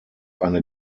eine